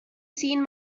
seen